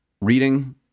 reading